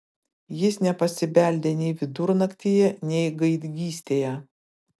jis nepasibeldė nei vidurnaktyje nei gaidgystėje